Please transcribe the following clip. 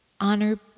honor